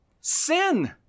Sin